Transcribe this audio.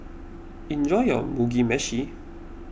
enjoy your Mugi Meshi